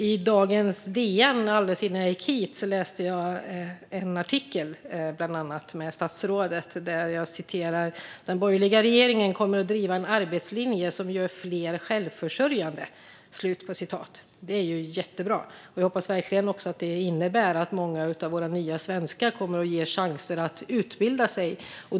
I dagens DN läste jag alldeles innan jag gick hit en intervju med bland andra statsrådet, som säger att den borgerliga regeringen kommer att driva en arbetslinje som gör fler självförsörjande. Det är ju jättebra. Jag hoppas verkligen att det innebär att många av våra nya svenskar kommer att ges chansen att utbilda sig.